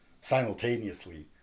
simultaneously